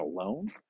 alone